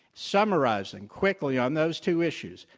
summarizing quickly on those two issues,